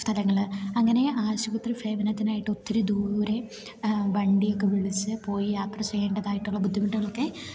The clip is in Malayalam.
സ്ഥലങ്ങൾ അങ്ങനെ ആശുപത്രി സേവനത്തിനായിട്ട് ഒത്തിരി ദൂരെ വണ്ടിയൊക്കെ വിളിച്ച് പോയി യാത്ര ചെയ്യേണ്ടതായിട്ടുള്ള ബുദ്ധിമുട്ടുകളൊക്കെ